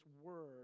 word